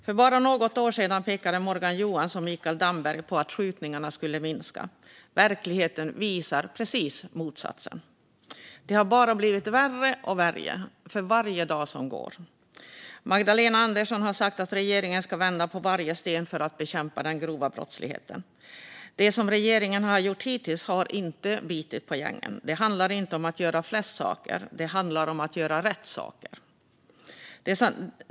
För bara något år sedan pekade Morgan Johansson och Mikael Damberg ut att skjutningarna skulle minska. Verkligheten visar precis motsatsen. Det har bara blivit värre och värre för varje dag som gått. Magdalena Andersson har sagt att regeringen ska vända på varje sten för att bekämpa den grova brottsligheten. Det som regeringen gjort hittills har dock inte bitit på gängen. Det handlar inte om att göra flest saker. Det handlar om att göra rätt saker.